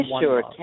sure